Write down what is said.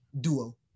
Duo